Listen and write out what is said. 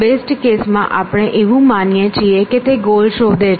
best case માં આપણે એવું માનીએ કે તે ગોલ શોધે છે